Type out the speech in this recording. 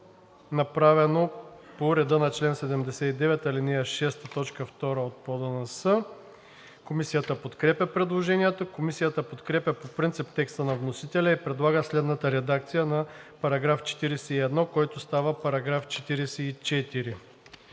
направено по реда на чл. 79, ал. 6, т. 2 от ПОДНС. Комисията подкрепя предложението. Комисията подкрепя по принцип текста на вносителя и предлага следната редакция на § 41, който става § 44: „§ 44.